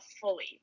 fully